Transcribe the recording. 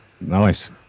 Nice